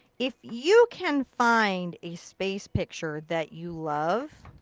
if you can find a space picture that you love.